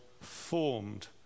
formed